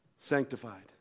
Sanctified